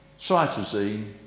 cytosine